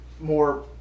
more